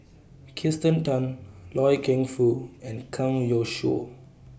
Kirsten Tan Loy Keng Foo and Kang Youshuo